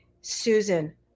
Susan